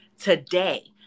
today